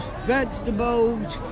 vegetables